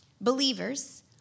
believers